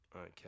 Okay